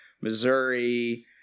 Missouri